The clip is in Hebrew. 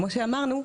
כמו שאמרנו,